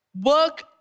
Work